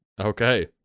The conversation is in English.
Okay